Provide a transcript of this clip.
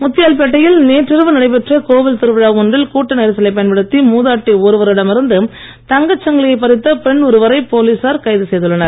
முத்தியால்பேட்டையில் நேற்றிரவு நடைபெற்ற கோவில் திருவிழா ஒன்றில் கூட்ட நெரிசலைப் பயன்படுத்தி மூதாட்டி ஒருவரிடம் இருந்து தங்கச் சங்கிலியைப் பறித்த பெண் ஒருவரை போலீசார் கைது செய்துள்ளனர்